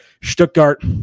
Stuttgart